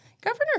Governor